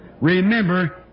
Remember